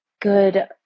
good